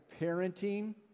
parenting